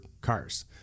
cars